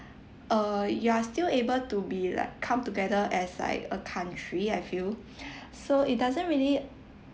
err you are still able to be like come together as like a country I feel so it doesn’t really